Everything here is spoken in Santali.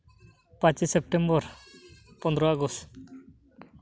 ᱯᱟᱸᱪᱮᱭ ᱥᱮᱯᱴᱮᱢᱵᱚᱨ ᱯᱚᱱᱨᱚ ᱟᱜᱚᱥᱴ